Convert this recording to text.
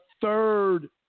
third